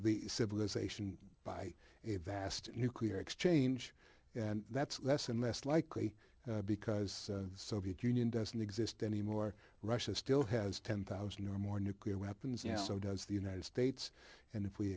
the civilization by a vast nuclear exchange and that's less and less likely because the soviet union doesn't exist anymore russia still has ten thousand dollars or more nuclear weapons and so does the united states and if we